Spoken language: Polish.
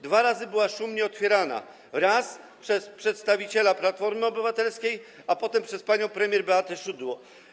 Dwa razy była szumnie otwierana: raz przez przedstawiciela Platformy Obywatelskiej, a potem przez panią premier Beatę Szydło.